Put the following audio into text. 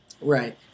Right